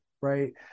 right